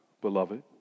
beloved